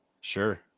Sure